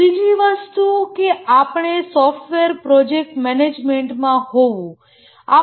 ત્રીજી વસ્તુ કે આપણે સોફ્ટવેર પ્રોજેક્ટ મેનેજમેન્ટમાં હોવું જરૂરી છે